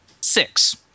Six